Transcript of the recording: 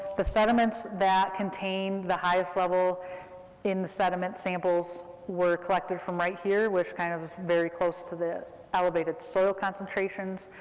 the sediments that contain the highest level in the sediment samples were collected from right here, which kind of is very close to the elevated soil concentrations,